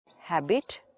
Habit